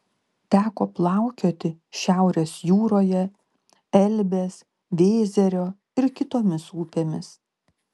teko plaukioti šiaurės jūroje elbės vėzerio ir kitomis upėmis